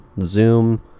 zoom